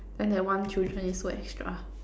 then that one children is so extra